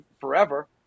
forever